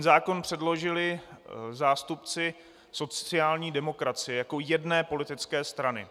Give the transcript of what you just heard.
Zákon předložili zástupci sociální demokracie jako jedné politické strany.